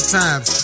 times